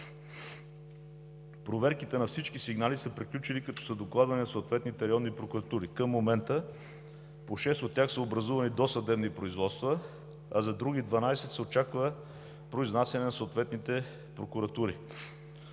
Проверките на всички сигнали са приключили, като са докладвани на съответните районни прокуратури. Към момента по шест от тях са образувани досъдебни производства, а за други 12 се очаква произнасяне на съответните прокуратури.